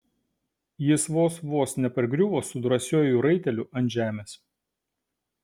jis vos vos nepargriuvo su drąsiuoju raiteliu ant žemės